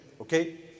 Okay